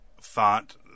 thought